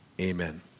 Amen